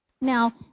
now